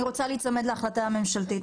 אני רוצה להיצמד להחלטת הממשלה.